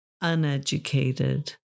uneducated